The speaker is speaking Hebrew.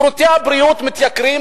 שירותי הבריאות מתייקרים,